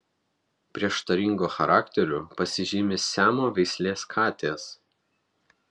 prieštaringu charakteriu pasižymi siamo veislės katės